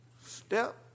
step